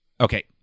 okay